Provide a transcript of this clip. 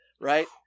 right